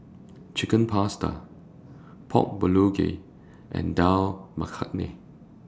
Chicken Pasta Pork Bulgogi and Dal Makhani